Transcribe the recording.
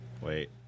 wait